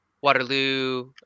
Waterloo